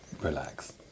Relax